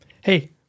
hey